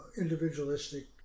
individualistic